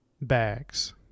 bags